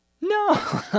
No